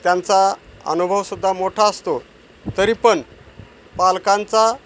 त्यांचा अनुभवसुद्धा मोठा असतो तरी पण पालकांचा